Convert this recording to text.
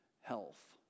health